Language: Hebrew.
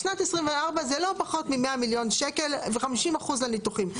בשנת 2024 זה לא פחות מ-100 מיליון שקל ו-50% לניתוחים,